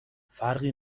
فرقی